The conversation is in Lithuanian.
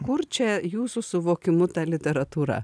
kur čia jūsų suvokimu ta literatūra